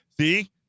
See